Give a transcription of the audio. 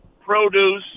produce